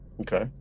okay